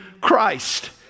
Christ